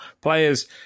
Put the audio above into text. players